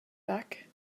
back